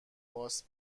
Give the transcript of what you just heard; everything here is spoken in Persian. باس